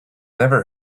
never